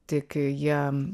tik jie